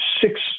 six